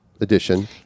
Edition